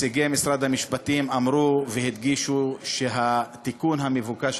נציגי משרד המשפטים אמרו והדגישו שהתיקון המבוקש,